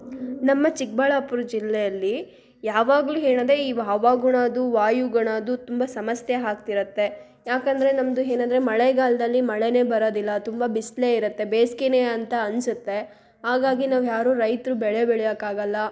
ನಮ್ಮ ಚಿಕ್ಬಳ್ಳಾಪುರ ಜಿಲ್ಲೆಯಲ್ಲಿ ಯಾವಾಗಲೂ ಏನಂದ್ರೆ ಈ ಹವಾಗುಣದ್ದು ವಾಯುಗುಣದ್ದು ತುಂಬ ಸಮಸ್ಯೆ ಆಗ್ತಿರುತ್ತೆ ಯಾಕಂದರೆ ನಮ್ಮದು ಏನಂದ್ರೆ ಮಳೆಗಾಲದಲ್ಲಿ ಮಳೆಯೇ ಬರೋದಿಲ್ಲ ತುಂಬ ಬಿಸಿಲೇ ಇರುತ್ತೆ ಬೇಸ್ಗೆಯೇ ಅಂತ ಅನಿಸುತ್ತೆ ಹಾಗಾಗಿ ನಾವು ಯಾರೂ ರೈತರು ಬೆಳೆ ಬೆಳೆಯೋಕಾಗಲ್ಲ